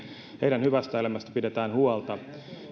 heidän hyvästä elämästään pidetään huolta